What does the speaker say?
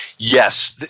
yes.